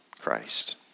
Christ